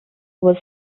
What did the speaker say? was